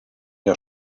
der